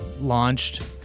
launched